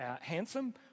handsome